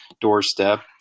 doorstep